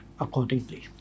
accordingly